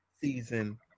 season